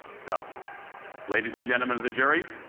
so ladies and gentlemen of the jury,